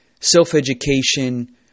self-education